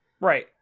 Right